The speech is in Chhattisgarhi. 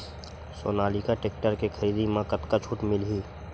सोनालिका टेक्टर के खरीदी मा कतका छूट मीलही?